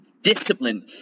discipline